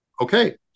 Okay